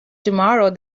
tomorrow